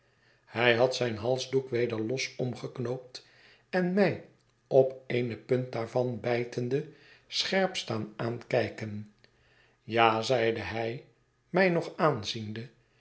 hij had zijn halsdoek weder los omgeknoopt en mij op eene punt daarvan bijtende scherp staan aankijken ja zeide hij mij nog aanziende